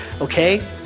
Okay